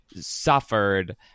suffered